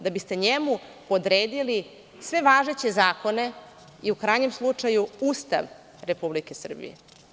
Da biste njemu podredili sve važeće zakone i u krajnjem slučaju Ustav Republike Srbije.